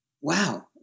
wow